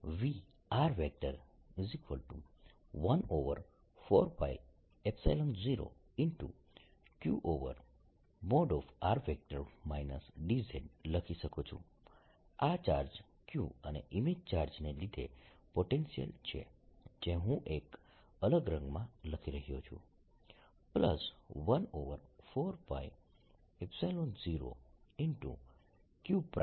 પછી હું v140q|r dz|લખી શકું છું આ ચાર્જ q અને ઇમેજ ચાર્જને લીધે પોટેન્શિયલ છે જે હું એક અલગ રંગમાં લખી રહ્યો છું 140q|r dz|